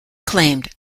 claimed